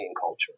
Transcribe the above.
culture